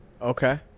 okay